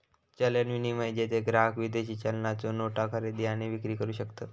चलन विनिमय, जेथे ग्राहक विदेशी चलनाच्यो नोटा खरेदी आणि विक्री करू शकतत